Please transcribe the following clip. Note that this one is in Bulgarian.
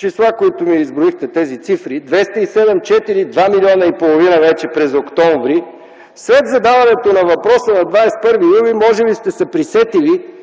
цифри, които ми изброихте: 207 хил., 2,5 милиона – вече през октомври, след задаването на въпроса на 21 юли може би сте се присетили,